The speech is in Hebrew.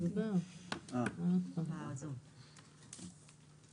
לראות מה זה אתרים בגוגל?